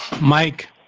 Mike